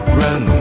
run